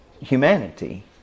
humanity